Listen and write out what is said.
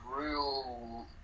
real